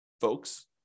folks